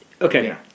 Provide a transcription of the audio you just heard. Okay